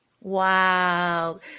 Wow